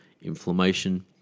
inflammation